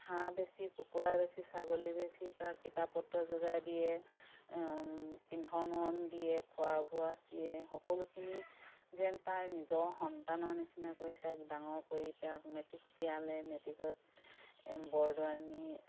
হাঁহ বেছি কুকুৰা বেছি ছাগলী বেছি তাৰ কিতাপ পত্ৰ যোগাৰ দিয়ে পিন্ধন উৰণ দিয়ে খোৱা বোৱা দিয়ে সকলোখিনি যেন তাইৰ নিজৰ সন্তানৰ নিচিনাকৈয়ে তাক ডাঙৰ কৰি তাক মেট্ৰিক দিয়ালে মেট্ৰিকত বৰদোৱানীৰ